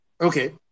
Okay